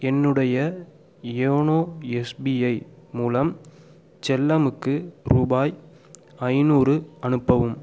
என்னுடைய YONO SBI மூலம் செல்லமுக்கு ரூபாய் ஐநூறு அனுப்பவும்